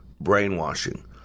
brainwashing